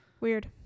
Weird